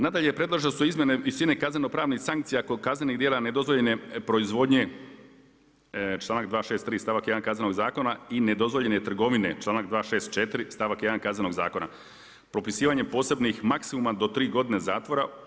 Nadalje predložene su izmjene visine kazneno-pravnih sankcija kod kaznenih djela nedozvoljene proizvodnje članak 263. stavak 1. Kaznenog zakona i nedozvoljene trgovine članak 264. stavak 1. Kaznenog zakona propisivanjem posebnih maksimuma do tri godine zatvora.